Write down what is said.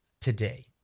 today